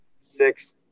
six